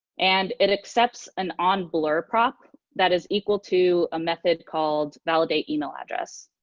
and it accepts an on-blur prop that is equal to a method called validate email address,